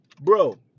bro